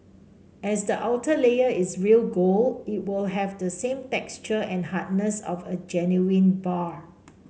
as the outer layer is real gold it will have the same texture and hardness of a genuine bar